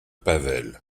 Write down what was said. pavel